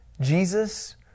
Jesus